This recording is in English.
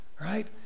right